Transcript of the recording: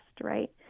right